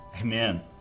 Amen